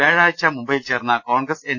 പ്യാഴാഴ്ച മുംബൈ യിൽ ചേർന്ന കോൺഗ്രസ് എൻ